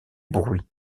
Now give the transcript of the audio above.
bruits